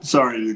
Sorry